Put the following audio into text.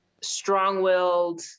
strong-willed